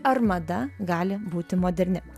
ar mada gali būti moderni